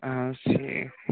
اَہَن حظ ٹھیٖک